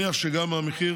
סביר להניח שגם המחיר